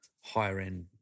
higher-end